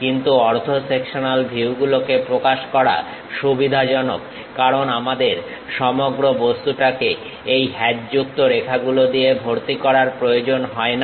কিন্তু অর্ধ সেকশনাল ভিউগুলোকে প্রকাশ করা সুবিধাজনক কারণ আমাদেরকে সমগ্র বস্তুটাকে এই হ্যাচযুক্ত রেখাগুলো দিয়ে ভর্তি করার প্রয়োজন হয় না